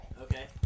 Okay